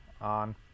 on